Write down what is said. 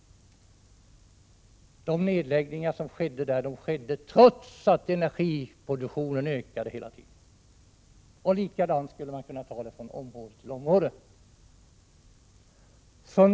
Den nedläggning som skedde där skedde trots att energiproduktionen hela tiden ökade. På område efter område skulle man kunna påvisa samma sak.